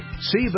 See